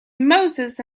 moses